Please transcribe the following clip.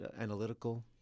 analytical